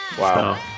Wow